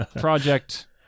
Project